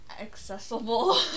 accessible